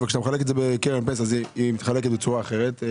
וכשאתה מחלק את זה בקרן פנסיה היא מתחלקת בצורה אחרת.